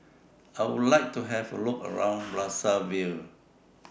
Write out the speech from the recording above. I Would like to Have A Look around Brazzaville